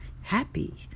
happy